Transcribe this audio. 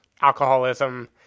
alcoholism